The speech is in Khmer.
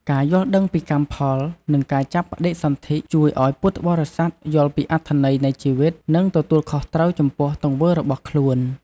ការយល់ដឹងពីកម្មផល និងការចាប់បដិសន្ធិ ជួយឲ្យពុទ្ធបរិស័ទយល់ពីអត្ថន័យនៃជីវិត និងទទួលខុសត្រូវចំពោះទង្វើរបស់ខ្លួន។